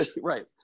right